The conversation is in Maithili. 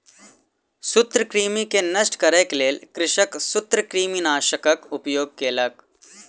सूत्रकृमि के नष्ट करै के लेल कृषक सूत्रकृमिनाशकक उपयोग केलक